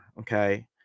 okay